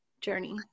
journey